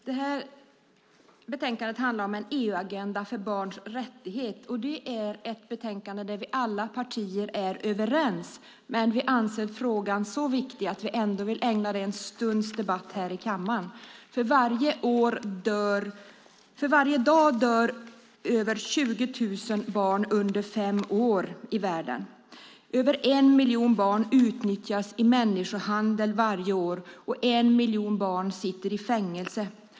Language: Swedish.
Fru talman! Utlåtandet handlar om en EU-agenda för barns rättigheter. Det är ett utlåtande där vi alla partier är överens. Men vi anser frågan så viktig att vi ändå vill ägna den en stunds debatt här i kammaren. Varje dag dör över 20 000 barn under fem år i världen. Över en miljon barn utnyttjas i människohandel varje år, och en miljon barn sitter i fängelse.